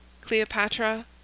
Cleopatra